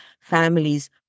families